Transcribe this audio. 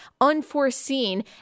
unforeseen